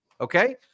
Okay